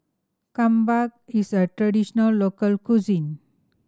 kimbap is a traditional local cuisine